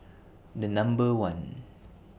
The Number one